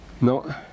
No